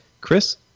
Chris